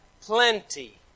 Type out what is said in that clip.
plenty